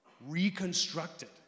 reconstructed